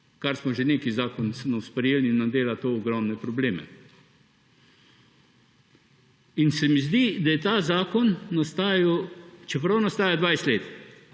kar smo že nekaj zakonov sprejeli in nam dela to ogromne probleme. In se mi zdi, da je ta zakon nastajal, čeprav je nastajal 20 let,